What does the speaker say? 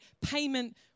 payment